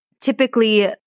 Typically